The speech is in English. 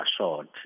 assured